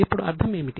ఇప్పుడు అర్థం ఏమిటి